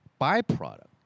byproduct